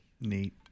Neat